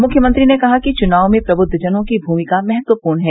मुख्यमंत्री ने कहा कि चुनाव में प्रबुद्वजनों की भूमिका महत्वपूर्ण है